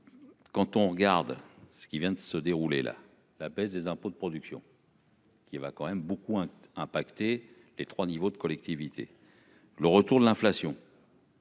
Quand on regarde ce qui vient de se dérouler là. La baisse des impôts de production.-- Qui va quand même beaucoup impacté les 3 niveaux de collectivités. Le retour de l'inflation.--